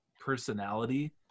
personality